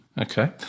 Okay